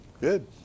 good